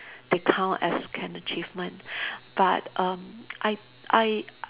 they count as an achievement but um I I